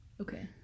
Okay